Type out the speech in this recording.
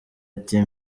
ati